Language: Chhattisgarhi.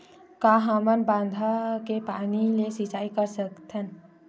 का हमन बांधा के पानी ले सिंचाई कर सकथन?